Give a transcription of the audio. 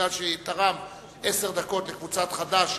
שתרם עשר דקות לקבוצת חד"ש,